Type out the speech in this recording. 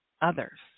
others